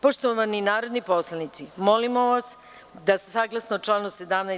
Poštovani narodni poslanici, molimo vas da, saglasno članu 17.